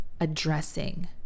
addressing